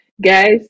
guys